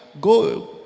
go